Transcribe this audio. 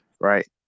right